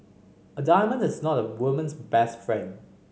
a diamond is not a woman's best friend